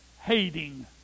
Hating